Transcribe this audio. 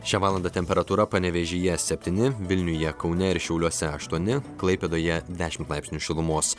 šią valandą temperatūra panevėžyje septyni vilniuje kaune ir šiauliuose aštuoni klaipėdoje dešimt laipsnių šilumos